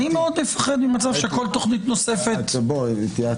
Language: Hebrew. אני מאוד מפחד ממצב שבו כל תוכנית נוספת --- אתי,